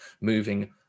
moving